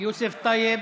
יוסף טייב.